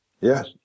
Yes